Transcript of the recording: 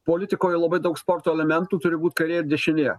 politikoje labai daug sporto elementų turi būti kairė ir dešinė